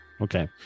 okay